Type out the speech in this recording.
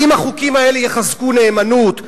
האם החוקים האלה יחזקו נאמנות?